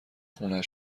خونه